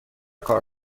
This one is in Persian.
کار